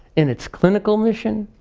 in its clinical mission,